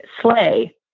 sleigh